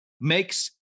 makes